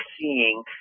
seeing